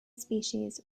species